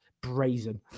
Brazen